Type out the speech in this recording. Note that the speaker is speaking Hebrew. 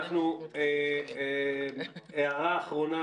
אילנה, הערה אחרונה